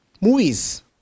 Movies